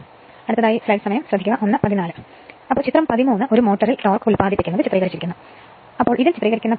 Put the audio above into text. അപ്പോൾ ചിത്രം 13 ഒരു മോട്ടോറിൽ ടോർക്ക് ഉത്പാദിപ്പിക്കുന്നത് ചിത്രീകരിക്കുന്നു